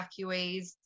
evacuees